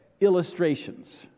illustrations